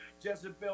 Jezebel